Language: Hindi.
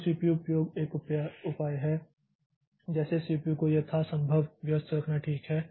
तो सीपीयू उपयोग एक उपाय है जैसे सीपीयू को यथासंभव व्यस्त रखना ठीक है